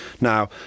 Now